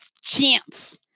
chance